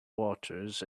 waters